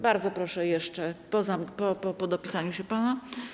Bardzo proszę jeszcze, po dopisaniu się pana.